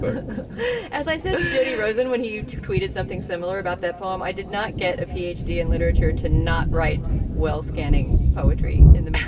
as i said, jody rosen, when he tweeted something similar about that poem, i did not get a p h d in literature to not write well. scanning poetry in the